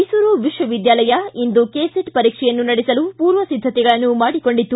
ಮೈಸೂರು ವಿಶ್ವವಿದ್ಯಾಲಯ ಇಂದು K SET ಪರೀಕ್ಷೆಯನ್ನು ನಡೆಸಲು ಪೂರ್ವಸಿದ್ಧತೆಗಳನ್ನು ಮಾಡಿಕೊಂಡಿತ್ತು